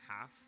half